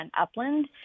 Upland